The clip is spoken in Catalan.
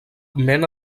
mena